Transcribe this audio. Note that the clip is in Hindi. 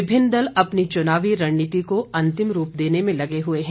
विभिन्न दल अपनी चुनावी रणनीति को अंतिम रूप देने में लगे हुए हैं